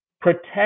protect